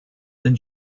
then